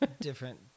different